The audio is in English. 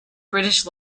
british